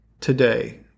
today